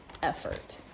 Effort